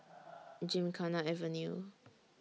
Gymkhana Avenue